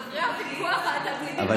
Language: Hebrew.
אחרי הוויכוח על התלמידים והתלמידות,